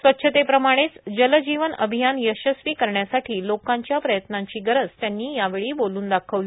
स्वच्छतेप्रमाणेच जलजीवन अभियान यशस्वी करण्यासाठी लोकांच्या प्रयत्नांची गरज त्यांनी यावेळी बोलून दाखविली